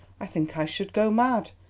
i think i should go mad.